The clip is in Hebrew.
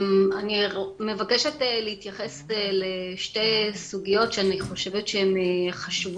אני מבקשת להתייחס לשתי סוגיות חשובות שאני חושבת שחשוב